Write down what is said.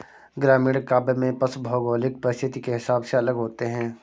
ग्रामीण काव्य में पशु भौगोलिक परिस्थिति के हिसाब से अलग होते हैं